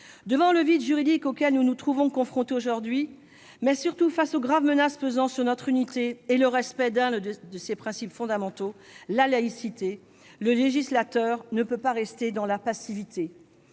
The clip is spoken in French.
Devant le vide juridique auquel nous nous trouvons confrontés, mais surtout face aux graves menaces pesant sur notre unité et le respect d'un des principes qui la fondent, la laïcité, le législateur ne peut pas rester passif.